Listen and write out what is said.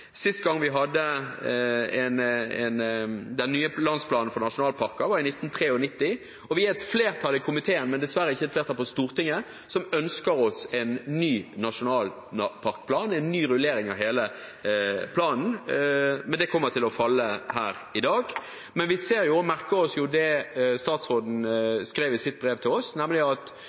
Sist gang vi hadde ny landsplan for nasjonalparker, var i 1993, og det er et flertall i komiteen – men dessverre ikke et flertall på Stortinget – som ønsker seg en ny nasjonalparkplan, en ny rullering av hele planen. Det forslaget kommer til å falle her i dag. Men vi merker oss det som statsråden skriver i sitt brev til oss, nemlig at